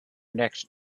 next